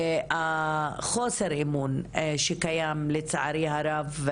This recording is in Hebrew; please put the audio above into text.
וחוסר האמון שקיים לצערי הרב,